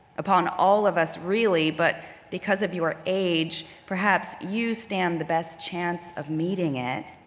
upon all of us really, but because of your age, perhaps you stand the best chance of meeting it.